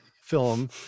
film